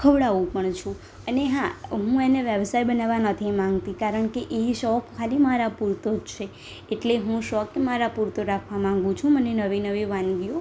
ખવડાવું પણ છું અને હા હું એને વ્યવસાય બનાવવા નથી માગતી કારણ કે એ શોખ ખાલી મારા પૂરતો જ છે એટલે હું શોખ મારા પૂરતો રાખવા માગું છું મને નવી નવી વાનગીઓ